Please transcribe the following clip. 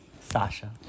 Sasha